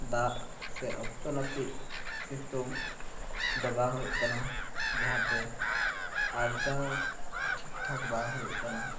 ᱫᱟᱜ ᱥᱮ ᱚᱠᱛᱚ ᱱᱟᱹᱯᱤᱛ ᱥᱤᱛᱩᱝ ᱫᱚ ᱵᱟᱝ ᱦᱩᱭᱩᱜ ᱠᱟᱱᱟ ᱡᱟᱦᱟᱸ ᱛᱮ ᱟᱨᱡᱟᱣ ᱴᱷᱤᱠ ᱴᱷᱟᱠ ᱵᱟᱝ ᱦᱩᱭᱩᱜ ᱠᱟᱱᱟ